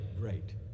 great